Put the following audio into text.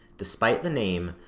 despite the name,